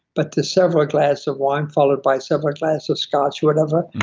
but to several glasses of wine, followed by several glasses of scotch, whatever